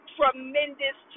tremendous